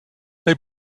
they